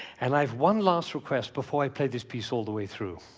and i've one last request before i play this piece all the way through.